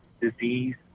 disease